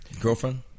Girlfriend